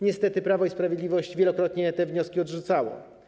Niestety Prawo i Sprawiedliwość wielokrotnie te wnioski odrzucało.